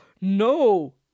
No